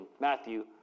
Matthew